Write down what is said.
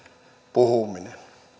puhuminen